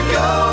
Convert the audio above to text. go